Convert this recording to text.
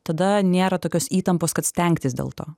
tada nėra tokios įtampos kad stengtis dėl to